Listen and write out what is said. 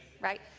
Right